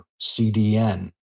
CDN